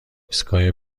ایستگاه